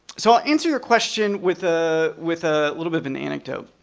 so, i'll answer your question with ah with a little bit of an anecdote.